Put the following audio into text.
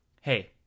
hey